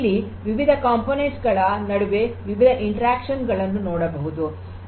ಇಲ್ಲಿ ವಿವಿಧ ಘಟಕ ಗಳ ನಡುವೆ ವಿವಿಧ ಸಂವಹನಗಳನ್ನು ನೋಡಬಹುದು